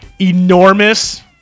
enormous